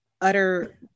Utter